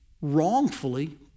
wrongfully